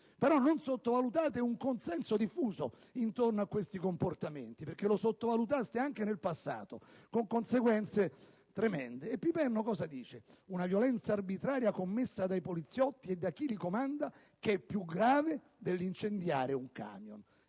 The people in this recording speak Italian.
Ma non sottovalutate un consenso diffuso intorno a questi comportamenti, perché lo sottovalutaste anche nel passato, con conseguenze tremende. Dicevo, le parole di Piperno su «il Riformista» del 16 dicembre: «Una violenza arbitraria commessa dai poliziotti e da chi li comanda, che è più grave dell'incendiare un camion